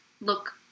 Look